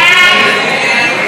45 בעד, 31 נגד.